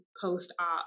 post-op